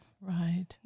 right